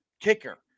kicker